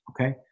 Okay